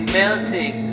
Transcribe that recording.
melting